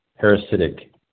parasitic